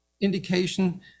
indication